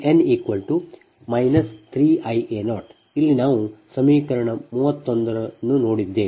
Ia0Ib0Ic0 ಮತ್ತು In 3Ia0 ಇಲ್ಲಿ ನಾವು 31 ರ ಸಮೀಕರಣವನ್ನು ನೋಡಿದ್ದೇವೆ